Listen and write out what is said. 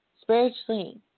spiritually